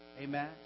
Amen